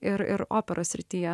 ir ir operos srityje